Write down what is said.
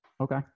Okay